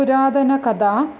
पुरातनकथा